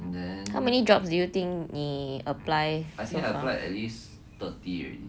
how many jobs do you think 你 apply so far